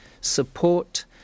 support